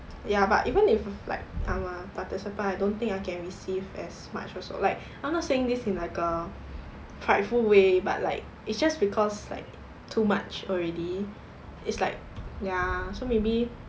ya but even if like like I'm a participant I don't think I can receive as much also like I'm not saying this in like a prideful way but like it's just because like too much already it's like ya so maybe